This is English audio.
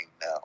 now